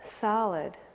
solid